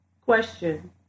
Question